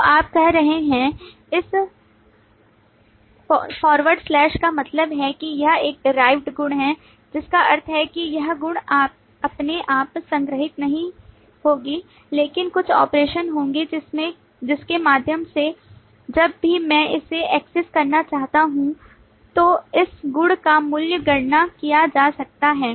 तो आप कह रहे हैं इस फॉरवर्ड स्लैश का मतलब है कि यह एक derived गुण है जिसका अर्थ है कि यह गुण अपने आप संग्रहीत नहीं होगी लेकिन कुछ ऑपरेशन होंगे जिसके माध्यम से जब भी मैं इसे एक्सेस करना चाहता हूं तो इस गुणका मूल्य गणना किया जा सकता है